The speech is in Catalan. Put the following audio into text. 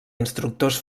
instructors